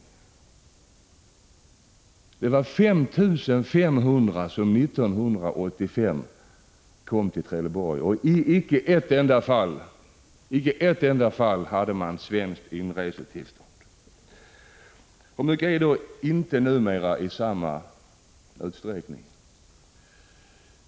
Det var 5 500 personer som 1985 kom till Trelleborg. Inte en enda av dessa hade svenskt inresetillstånd. Hur mycket är då ”inte i samma utsträckning”?